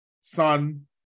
sun